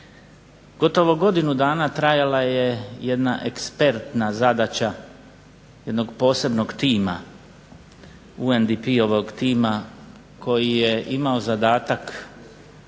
gotovo godinu dana trajala je jedna ekspertna zadaća jednog posebnog tima UNDP-ovog tima koji je imao zadatak